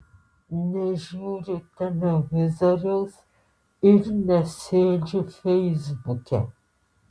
nežiūriu televizoriaus ir nesėdžiu feisbuke